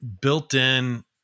built-in